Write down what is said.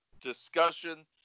discussion